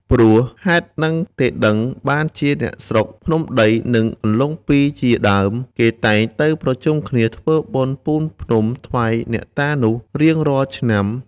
ព្រោះហេតុហ្នឹងទេដឹង បានជាអ្នកស្រុកភ្នំដីនិងអន្លង់ពីរជាដើម គេតែងទៅប្រជុំគ្នាធ្វើបុណ្យពូនភ្នំថ្វាយអ្នកតានោះរៀងរាល់ឆ្នាំ